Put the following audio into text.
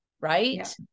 Right